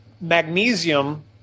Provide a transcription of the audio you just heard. magnesium